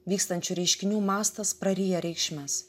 vykstančių reiškinių mastas praryja reikšmes